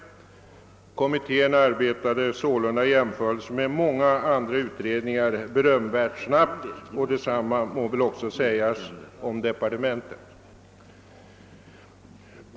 Kommittén arbetade således berömvärt snabbt i jämförelse med många andra utredningar, och detsamma må väl sägas om departementet.